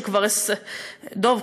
דב,